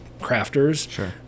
crafters